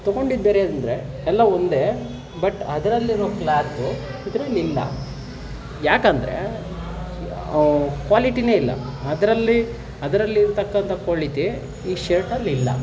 ತಗೊಂಡಿದ್ದು ಬೇರೆ ಅಂದರೆ ಎಲ್ಲ ಒಂದೇ ಬಟ್ ಅದರಲ್ಲಿರೋ ಕ್ಲಾಥು ಇದರಲ್ಲಿಲ್ಲ ಯಾಕಂದರೆ ಕ್ವಾಲಿಟಿನೇ ಇಲ್ಲ ಅದರಲ್ಲಿ ಅದರಲ್ಲಿ ಇರತಕ್ಕಂಥ ಕೋಳಿತಿ ಈ ಶರ್ಟಲ್ಲಿ ಇಲ್ಲ